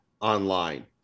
online